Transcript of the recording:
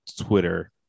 twitter